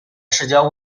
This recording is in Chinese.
市郊